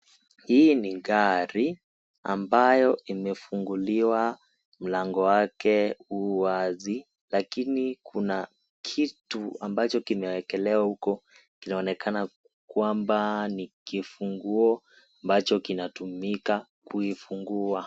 Hii ni gari ambayo imefunguliwa mlango wake uu wazi, lakini kuna kitu ambacho kimewekelewa huko kinaonekana kwamba ni kifunguo ambacho kinatumika kuifungua.